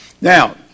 Now